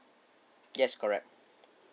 yes correct